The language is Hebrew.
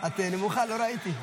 את נמוכה, לא ראיתי.